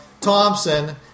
Thompson